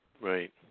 Right